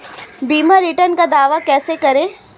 बीमा रिटर्न का दावा कैसे करें?